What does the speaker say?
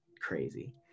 Crazy